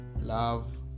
love